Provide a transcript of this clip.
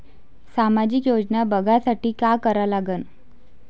सामाजिक योजना बघासाठी का करा लागन?